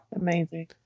Amazing